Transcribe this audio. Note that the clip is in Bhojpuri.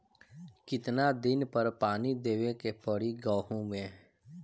कितना दिन पर पानी देवे के पड़ी गहु में?